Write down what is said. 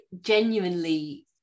genuinely